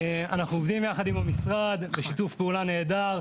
אנחנו עובדים יחד עם המשרד בשיתוף פעולה נהדר.